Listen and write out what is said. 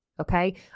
Okay